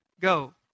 go